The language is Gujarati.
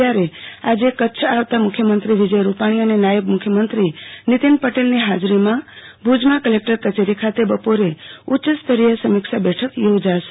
ત્યારે આજે કચ્છ આપતા મુખ્યમંત્રી વિજય રૂપાણો અને નાયબ મુખ્યમત્રી નીતિન પટેલની હાજરીમાં ભુજમાં કલેકટર કચેરી ખાતે બપોરે ઉચ્ચ સ્તરીય સમીક્ષા બેઠક યોજાશે